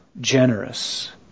generous